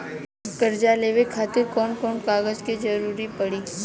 कर्जा लेवे खातिर कौन कौन कागज के जरूरी पड़ी?